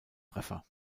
treffer